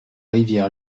rivière